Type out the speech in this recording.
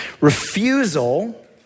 Refusal